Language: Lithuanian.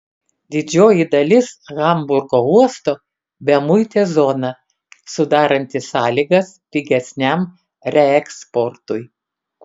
didžioji dalis hamburgo uosto bemuitė zona sudaranti sąlygas pigesniam reeksportui